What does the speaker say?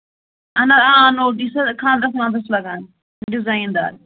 اَہَن حظ آ نوٹ یُس ہا کھانٛدرَس وانٛدرَس لَگان ڈِزایِن دار